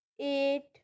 eight